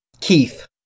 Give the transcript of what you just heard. Keith